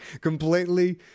completely